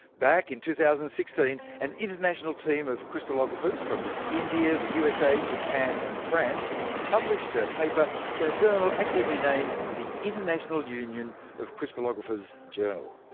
back in two thousand and sixteen, an international team of crystallographers from india, the usa, japan and france published a paper in a journal accurately named the international union of crystallographers journal.